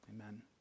amen